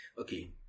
Okay